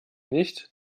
nicht